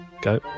Go